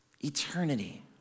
Eternity